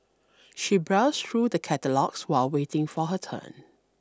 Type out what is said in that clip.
she browsed through the catalogues while waiting for her turn